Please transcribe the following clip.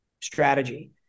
strategy